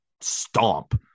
stomp